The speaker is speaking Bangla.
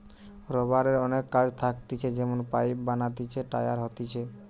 রাবারের অনেক কাজ থাকতিছে যেমন পাইপ বানাতিছে, টায়ার হতিছে